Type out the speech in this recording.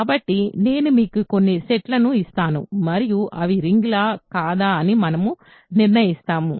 కాబట్టి నేను మీకు కొన్ని సెట్లను ఇస్తాను మరియు అవి రింగ్ లా కాదా అని మనము నిర్ణయిస్తాము